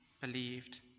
believed